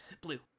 Blue